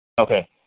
Okay